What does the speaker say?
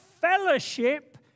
fellowship